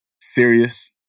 serious